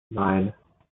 nine